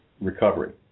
recovery